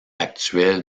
actuel